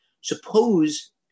Suppose